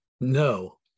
no